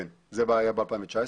כן, זו בעיה ב-2019.